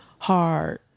hard